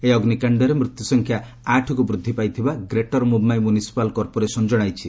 ଏହି ଅଗ୍ନିକାଶ୍ଡରେ ମୃତ୍ୟୁ ସଂଖ୍ୟା ଆଠକୁ ବୃଦ୍ଧି ପାଇଥିବା ଗ୍ରେଟର ମୁମ୍ୟାଇ ମୁନିସିପାଲ୍ କର୍ପୋରେସନ୍ ଜଣାଇଛି